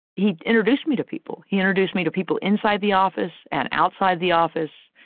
he introduced me to people, he introduced me to people inside the office and outside the office.